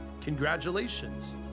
congratulations